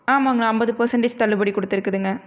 ஆமாங்கணா ஐம்பது பர்ஸண்டேஜ் தள்ளுபடி கொடுத்துருக்குதுங்க